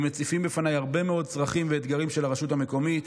הם מציפים לפניי הרבה מאוד צרכים ואתגרים של הרשות המקומית,